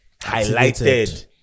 highlighted